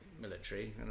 military